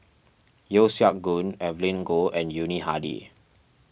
Yeo Siak Goon Evelyn Goh and Yuni Hadi